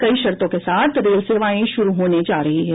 कई शर्तों के साथ रेल सेवाएं शुरु होने जा रही है